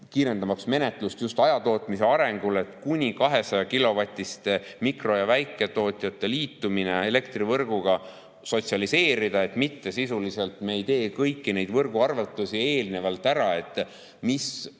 kiirendamaks menetlust just hajatootmise arendamisel, et kuni 200‑kilovatiste mikro‑ ja väiketootjate liitumist elektrivõrguga sotsialiseerida, me mitte ei tee kõiki neid võrguarvutusi eelnevalt ära –